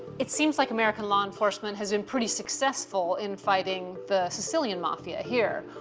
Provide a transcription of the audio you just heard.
it seems like american law enforcement has been pretty successful in fighting the sicilian mafia here.